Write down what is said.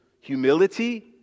humility